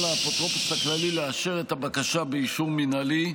האפוטרופוס הכללי לאשר את הבקשה באישור מינהלי,